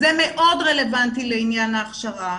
זה מאוד רלוונטי לעניין ההכשרה,